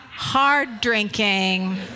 hard-drinking